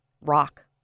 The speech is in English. rock